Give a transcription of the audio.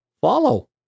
follow